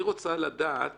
היא רוצה לדעת